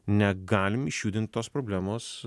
negalim išjudint tos problemos